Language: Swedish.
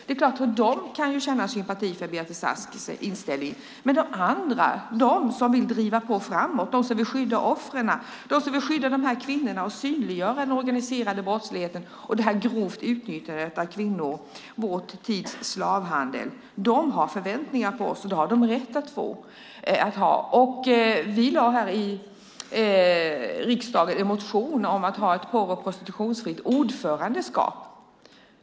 De kanske kan känna sympati för Beatrice Asks inställning, men de andra - de som vill driva på framåt och skydda offren, de som vill skydda dessa kvinnor och synliggöra den organiserade brottsligheten och det grova utnyttjandet av kvinnor som är vår tids slavhandel - har förväntningar på oss. Det har de rätt att ha. Vi väckte i riksdagen en motion om att man skulle ha ett porr och prostitutionsfritt ordförandeskap.